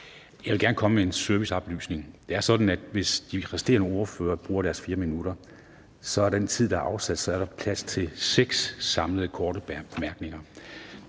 Jeg vil gerne komme med en serviceoplysning. Det er sådan, at hvis de resterende ordførere bruger deres 4 minutter, så er der i resten af debatten – med